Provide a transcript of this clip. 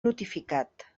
notificat